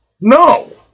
No